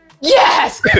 Yes